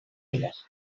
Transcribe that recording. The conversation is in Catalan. elles